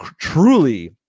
truly